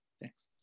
Thanks